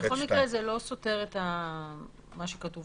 בכל מקרה, זה לא סותר את מה שכתוב